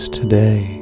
today